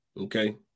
Okay